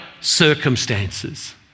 circumstances